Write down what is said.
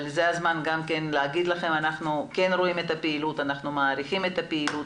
אבל זה הזמן לומר לכם שאנחנו רואים ומעריכים את הפעילות.